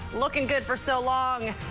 looking good for so long,